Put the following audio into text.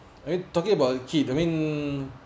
I mean talking about kid I mean